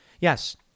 Yes